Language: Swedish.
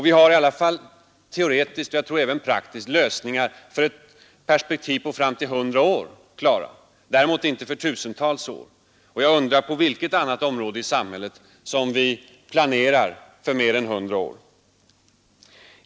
Vi har i alla händelser teoretiskt och jag tror även praktiskt lösningar klara för upp till 100 år, däremot inte för tusentals år framöver. Men jag undrar om det finns något annat område i samhället där vi planerar för mera än 100 år!